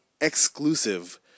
exclusive